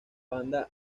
banda